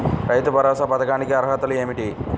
రైతు భరోసా పథకానికి అర్హతలు ఏమిటీ?